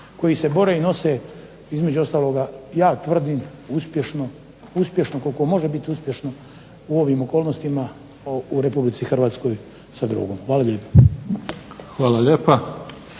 koji se bore i nose između ostaloga ja tvrdim uspješno koliko može biti uspješno u ovim okolnostima u RH sa drogom. Hvala lijepo.